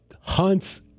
Hunt's